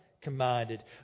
commanded